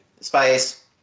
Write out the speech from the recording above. spice